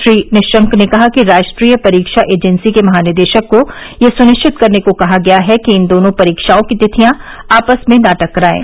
श्री निशंक ने कहा कि राष्ट्रीय परीक्षा एजेंसी के महानिदेशक को यह सुनिश्चित करने को कहा गया है कि इन दोनों परीक्षाओं की तिथियां आपस में न टकराएं